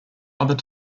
other